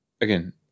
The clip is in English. Again